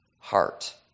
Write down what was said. heart